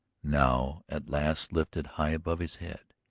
now at last lifted high above his head.